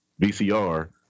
VCR